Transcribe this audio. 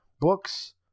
books